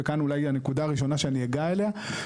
וכאן אולי הנקודה הראשונה שאני אגע בה.